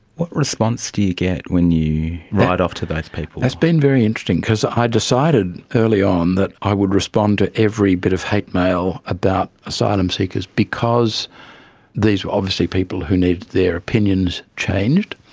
what response do you get when you write off to those people? it's been a very interesting because i decided early on that i would respond to every bit of hate mail about asylum seekers because these were obviously people who needed their opinions changed,